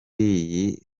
iyi